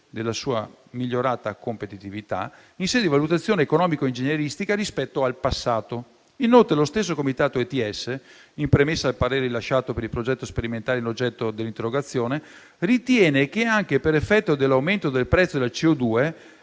della sua migliorata competitività in sede di valutazione economico-ingegneristica rispetto al passato. Inoltre, lo stesso Comitato ETS, in premessa al parere rilasciato per il progetto sperimentale oggetto dell'interrogazione, ritiene che, anche per effetto dell'aumento del prezzo